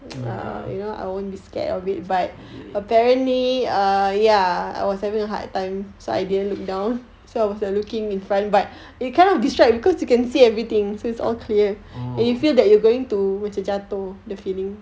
ya I get it oh